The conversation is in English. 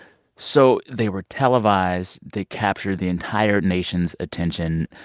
so they were televised. they captured the entire nation's attention.